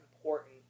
important